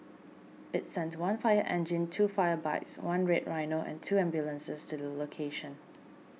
it sent one fire engine two fire bikes one Red Rhino and two ambulances to the location